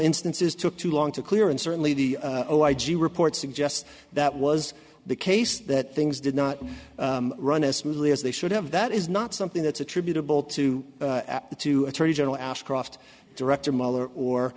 instances took too long to clear and certainly the reports suggest that was the case that things did not run as smoothly as they should have that is not something that's attributable to the to attorney general ashcroft director mueller or